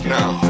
now